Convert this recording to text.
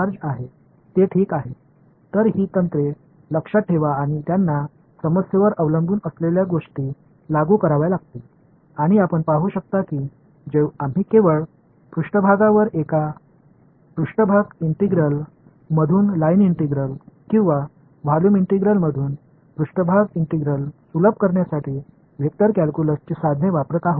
எனவே இந்த நுட்பங்களை மனதில் வைத்துக் கொள்ளுங்கள் நீங்கள் கையில் உள்ள சிக்கலைப் பொறுத்து அவற்றைப் பயன்படுத்த வேண்டியிருக்கும் மேலும் இது போன்ற ஒரு சா்பேஸ் இன்டெக்ரலை ஒரு லைன் இன்டெகிரலாகவோ அல்லது ஒரு வால்யூம் இன்டெக்ரலை சா்பேஸ் இன்டெகிரலாகவோ எளிமையாக்க வெக்டர்கால்குலஸின் கருவிகளைப் பயன்படுத்துகிறோம்